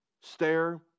stare